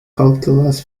calculus